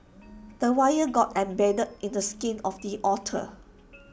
the wire got embedded in the skin of the otter